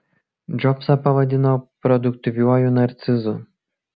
džobsą pavadino produktyviuoju narcizu